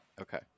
okay